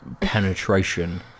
penetration